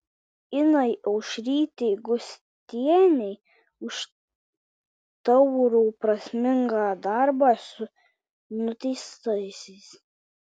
inai aušrytei gustienei už taurų prasmingą darbą su nuteistaisiais